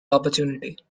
opportunity